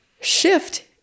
shift